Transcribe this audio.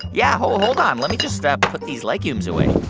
yeah, hold hold on. let me just ah put these legumes away